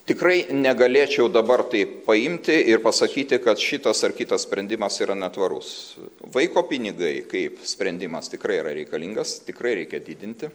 tikrai negalėčiau dabar taip paimti ir pasakyti kad šitas ar kitas sprendimas yra netvarus vaiko pinigai kaip sprendimas tikrai yra reikalingas tikrai reikia didinti